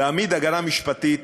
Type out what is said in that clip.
להעמיד הגנה משפטית